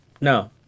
No